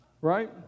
Right